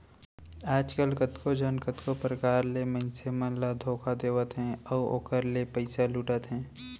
आजकल कतको झन कतको परकार ले मनसे मन ल धोखा देवत हे अउ ओखर ले पइसा लुटत हे